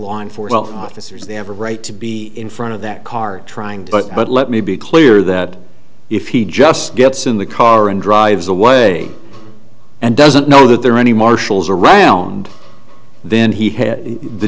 law enforcement officers they have a right to be in front of that car trying but but let me be clear that if he just gets in the car and drives away and doesn't know that there are any marshals around then he h